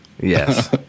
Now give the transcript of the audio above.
Yes